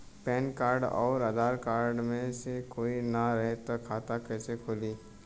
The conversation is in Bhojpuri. पैन कार्ड आउर आधार कार्ड मे से कोई ना रहे त खाता कैसे खुली?